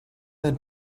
del